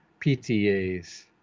PTAs